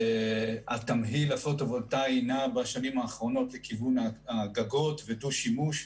התמהיל הפוטו-וולטאי נע בשנים האחרונות לכיוון הגגות והדו-שימוש,